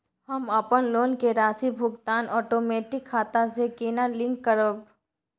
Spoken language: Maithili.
हम अपन लोन के राशि भुगतान ओटोमेटिक खाता से केना लिंक करब?